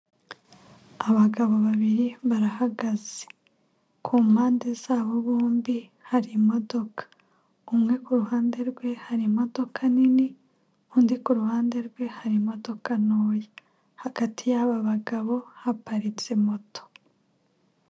Abagabo babiri barahagaze, ku mpande zabo bombi hari imodoka, umwe ku ruhande rwe hari imodoka nini, undi ku ruhande rwe hari imodoka ntoya, hagati y'aba bagabo haparitse moto.